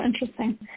interesting